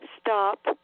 stop